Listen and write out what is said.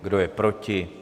Kdo je proti?